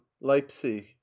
Leipzig